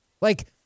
Like-